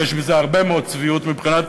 ויש בזה הרבה מאוד צביעות מבחינת